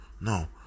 no